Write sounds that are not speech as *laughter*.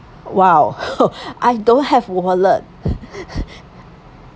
!wow! *laughs* I don't have wallet *laughs*